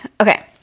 Okay